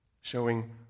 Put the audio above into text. showing